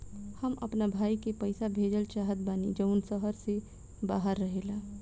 हम अपना भाई के पइसा भेजल चाहत बानी जउन शहर से बाहर रहेला